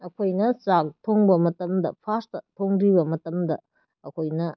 ꯑꯩꯈꯣꯏꯅ ꯆꯥꯛ ꯊꯣꯡꯕ ꯃꯇꯝꯗ ꯐꯥꯁꯇ ꯊꯣꯡꯗ꯭ꯔꯤꯕ ꯃꯇꯝꯗ ꯑꯩꯈꯣꯏꯅ